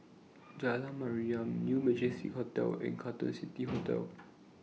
Jalan Mariam New Majestic Hotel and Carlton City Hotel